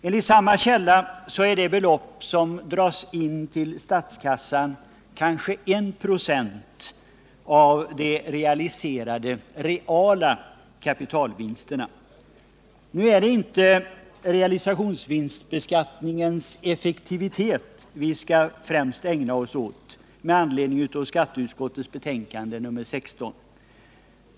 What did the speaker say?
Enligt samma källa utgör det belopp som dras in till statskassan kanske 1 96 av de realiserade reala kapitalvinsterna. Nu är det emellertid inte frågan om realisationsvinstbeskattningens effektivitet som vi främst skall ägna oss åt med anledning av skatteutskottets betänkande nr 16.